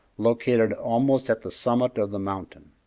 located almost at the summit of the mountain.